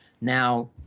Now